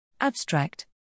Abstract